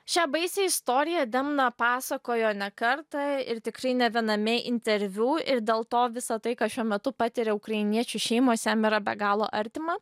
šią baisią istoriją demna pasakojo ne kartą ir tikrai ne viename interviu ir dėl to visa tai ką šiuo metu patiria ukrainiečių šeimos jam yra be galo artima